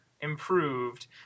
improved